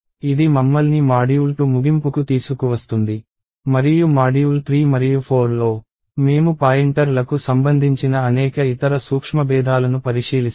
ఇది మమ్మల్ని మాడ్యూల్ 2 ముగింపుకు తీసుకువస్తుంది మరియు మాడ్యూల్ 3 మరియు 4లో మేము పాయింటర్లకు సంబంధించిన అనేక ఇతర సూక్ష్మబేధాలను పరిశీలిస్తాము